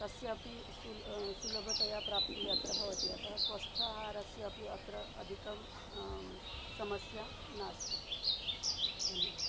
तस्यापि सुल सुलभतया प्राप्तिः अत्र भवति अतः स्वस्थाहारस्य अपि अत्र अधिकं समस्या नास्ति धन्यवादः